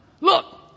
look